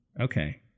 Okay